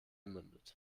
mündet